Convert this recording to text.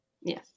yes